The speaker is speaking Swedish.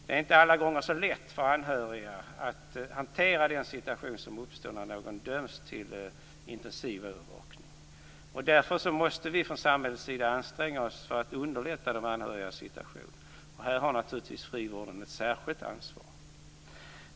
Det är inte alla gånger så lätt för anhöriga att hantera den situation som uppstår när någon döms till intensivövervakning. Därför måste vi från samhällets sida anstränga oss för att underlätta de anhörigas situation. Här har naturligtvis frivården ett särskilt ansvar.